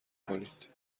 کنید